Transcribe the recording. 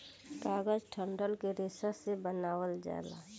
कागज डंठल के रेशा से बनावल जाला